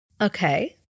Okay